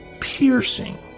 piercing